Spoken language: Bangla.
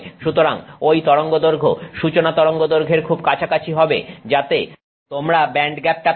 সুতরাং ঐ তরঙ্গদৈর্ঘ্য সূচনা তরঙ্গদৈর্ঘ্যের খুব কাছাকাছি হবে যাতে তোমরা ব্যান্ডগ্যাপটা পাবে